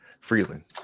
Freeland